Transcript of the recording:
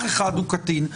אח אחד הוא קטין,